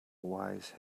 wise